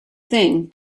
thing